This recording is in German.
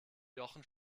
jochen